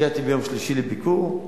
הגעתי ביום שלישי לביקור,